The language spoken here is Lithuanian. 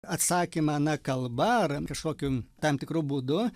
atsakymą na kalba ar kažkokiu tam tikru būdu